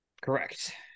Correct